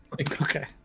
Okay